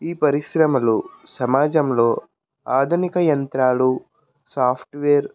ఈ పరిశ్రమలు సమాజంలో ఆధునిక యంత్రాలు సాఫ్ట్ వేర్